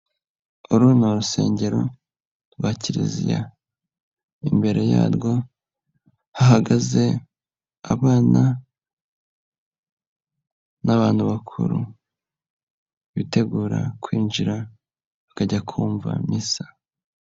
Uru ni urusengero rwa kiliziya, imbere yarwo hahagaze abana n'abantu bakuru, bitegura kwinjira bakajya kumvava misa.